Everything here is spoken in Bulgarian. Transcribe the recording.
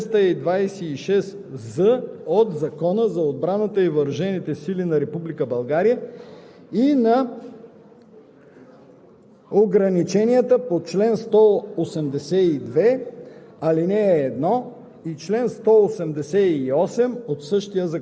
ползването на военните клубове, почивната и спортната база по чл. 226г, и чл. 226з от Закона за отбраната и въоръжените сили на Република